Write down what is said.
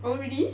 oh really